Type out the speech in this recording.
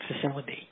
facility